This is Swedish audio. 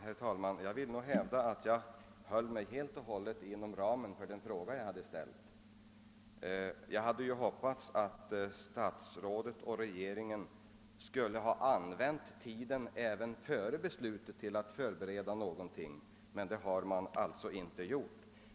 Herr talman! Jag hävdar att jag i mitt tidigare inlägg höll mig helt och hållet inom ramen för den fråga jag ställt. Jag har ju trott att statsrådet och regeringen skulle ha använt tiden före beslutet om Vindelälven till vissa förberedelser för sysselsättningsåtgärder i området, men det har man alltså inte gjort.